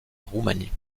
roumanie